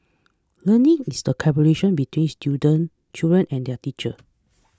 learning is a collaboration between student children and their teachers